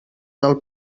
del